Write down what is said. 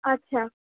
আচ্ছা